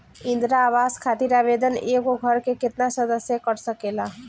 इंदिरा आवास खातिर आवेदन एगो घर के केतना सदस्य कर सकेला?